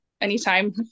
anytime